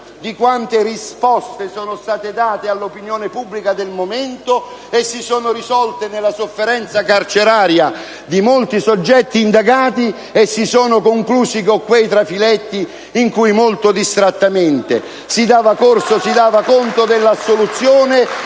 di quante risposte sono state date all'opinione pubblica del momento e si sono risolte nella sofferenza carceraria di molti soggetti indagati, e si sono concluse con quei trafiletti in cui molto distrattamente si dava conto dell'assoluzione